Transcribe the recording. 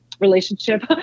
relationship